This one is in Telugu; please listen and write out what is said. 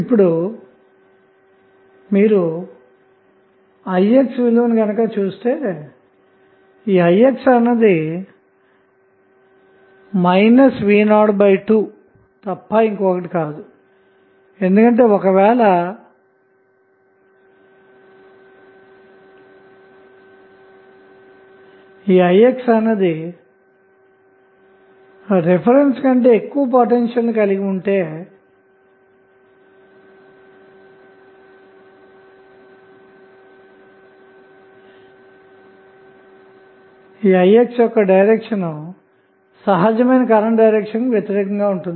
ఇప్పుడు మీరు i x విలువను చూస్తేi x అన్నది v 02 తప్ప మరేమీ కాదు ఎందుకంటే ఒక వేళ v 0 అన్నది రిఫరెన్స్ కంటే ఎక్కువ పొటెన్షియల్ ని కలిగి ఉంటేi x యొక్క డైరెక్షన్ సహజమైన కరెంటు డైరెక్షన్ కి వ్యతిరేకంగా ఉంటుంది